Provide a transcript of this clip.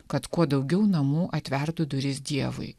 kad kuo daugiau namų atvertų duris dievui